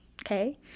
Okay